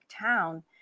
town